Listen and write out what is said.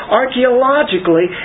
archaeologically